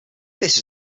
this